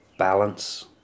balance